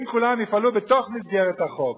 אם כולם יפעלו בתוך מסגרת החוק,